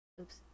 Oops